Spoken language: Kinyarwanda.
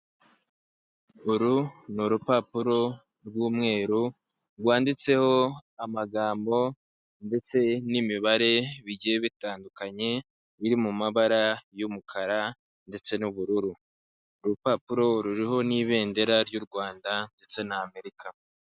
Uru ni urupapuro rw'umweru rwanditseho amagambo ndetse n'imibare bigiye bitandukanye, biri mu mabara y'umukara ndetse n'ubururu, urupapuro ruriho n'ibendera ry'u Rwanda ndetse na America.